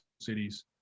cities